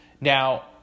Now